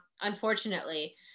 unfortunately